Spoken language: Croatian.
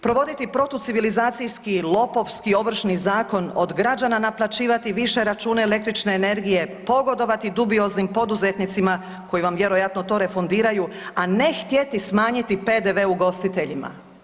Provoditi protucivilizacijski i lopovski Ovršni zakon, od građana naplaćivati više račune električne energije, pogodovati dubioznim poduzetnicima koji vam vjerojatno to refundiraju, a ne htjeti smanjiti PDV ugostiteljima.